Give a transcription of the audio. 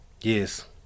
Yes